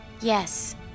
Yes